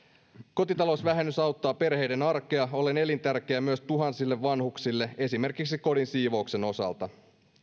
kotitalousvähennys auttaa perheiden arkea ollen elintärkeä myös tuhansille vanhuksille esimerkiksi kodin siivouksen osalta